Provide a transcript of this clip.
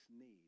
need